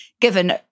given